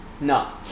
No